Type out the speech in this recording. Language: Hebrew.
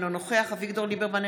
אינו נוכח אביגדור ליברמן,